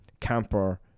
camper